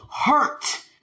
hurt